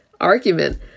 argument